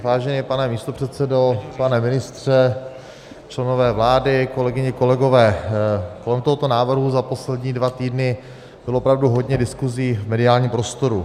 Vážený pane místopředsedo, pane ministře, členové vlády, kolegyně, kolegové, kolem tohoto návrhu za poslední dva týdny bylo opravdu hodně diskusí v mediálním prostoru.